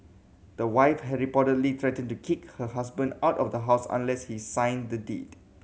the wife had reportedly threatened to kick her husband out of the house unless he signed the deed